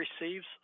receives